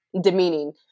demeaning